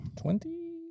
twenty